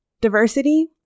diversity